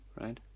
right